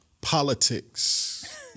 Politics